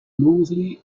loosely